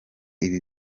ibi